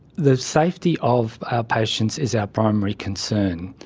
the safety of our patients is our primary concern.